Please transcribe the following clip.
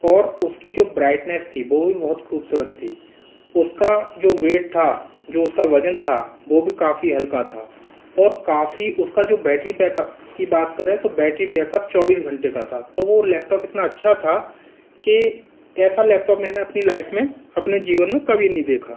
और उसकी जो ब्राइटनेस थी वो भी बहुत खूबसूरत थी उसका जो वेट था जो उसका वजन था वह भी काफ़ी हल्का था और काफ़ी उसका जो बैटरी बैकअप था की बात करें तो बैटरी बैकअप चौबीस घंटे का था तो वह लैपटॉप इतना अच्छा था की ऐसा लैपटॉप मैंने अपनी लाइफ में अपने जीवन में कभी नहीं देखा